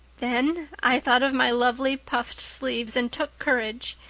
then i thought of my lovely puffed sleeves and took courage.